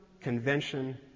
convention